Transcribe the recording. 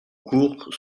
cours